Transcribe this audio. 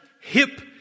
hip